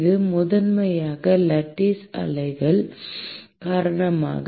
இது முதன்மையாக லட்டீஸ் அலைகள் காரணமாகும்